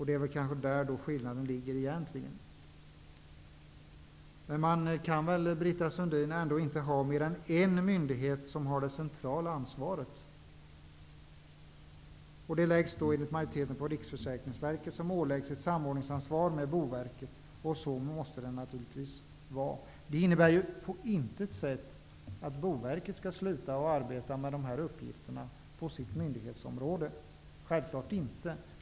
Det är väl kanske där skillnaden egentligen ligger. Man kan väl, Britta Sundin, ändå inte ha mer än en myndighet som har det centrala ansvaret? Det läggs enligt majoriteten på Riksförsäkringsverket, som åläggs ett samordningsansvar med Boverket. Och så måste det naturligtvis vara. Det innebär på intet sätt att Boverket skall sluta arbeta med de här uppgifterna på sitt myndighetsområde. Självfallet inte.